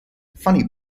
funny